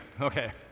Okay